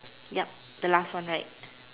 yup the last one right